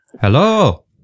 Hello